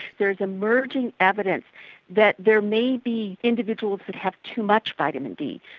there is emerging evidence that there may be individuals that have too much vitamin d.